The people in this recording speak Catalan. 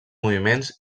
moviments